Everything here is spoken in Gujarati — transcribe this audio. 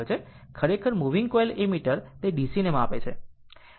ખરેખર મૂવિંગ કોઇલ એમીટર તે DCને માપે છે